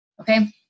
okay